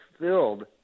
filled